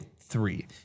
three